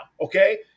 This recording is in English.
Okay